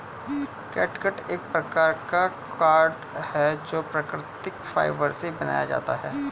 catgut एक प्रकार का कॉर्ड है जो प्राकृतिक फाइबर से बनाया जाता है